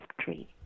tree